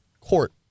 court